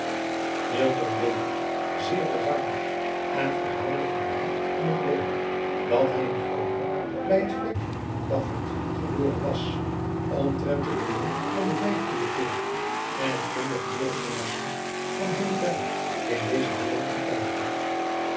deed dit zeer volvaardig en verhaalde van hem in het breede dat hij in roningen bij het vlek affelt geboren was omtrent het midden van de vijftiende eeuw en hetgeen de geleerde van hem verder in deze woorden getuigde